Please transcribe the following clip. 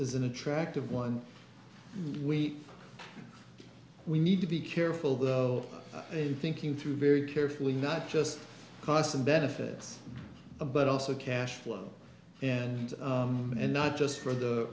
as an attractive one we we need to be careful though a thinking through very carefully not just costs and benefits but also cash flow and and not just for the